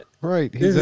Right